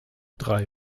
drei